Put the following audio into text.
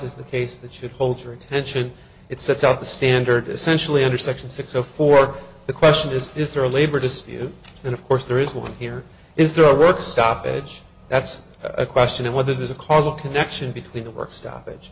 traviss the case that should hold your attention it sets up the standard essentially under section six zero four the question is is there a labor dispute and of course there is one here is the road stoppage that's a question of whether there's a causal connection between the work stoppage